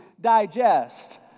digest